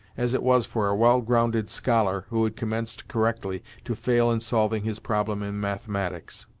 as it was for a well grounded scholar, who had commenced correctly, to fail in solving his problem in mathematics.